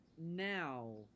now